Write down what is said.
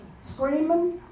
screaming